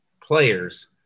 players